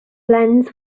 lens